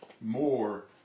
more